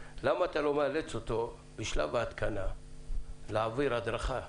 למה אתה לא מאלץ אותו בשלב ההתקנה להעביר הדרכה,